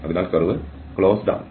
അതിനാൽ curve closed ആണ്